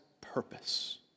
purpose